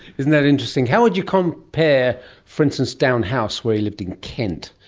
isn't that interesting. how would you compare, for instance, down house, where he lived in kent,